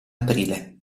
aprile